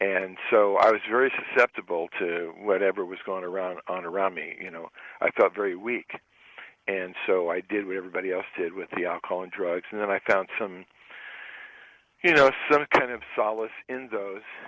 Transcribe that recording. and so i was very susceptible to whatever was going around on around me you know i thought very weak and so i did what everybody else did with the alcohol and drugs and then i found some you know some kind of solace in those